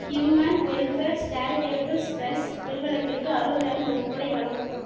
human welfare charitables trust நிறுவனத்திற்கு அறுபதாயிரம் நன்கொடை வழங்கவும்